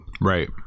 Right